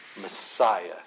Messiah